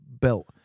built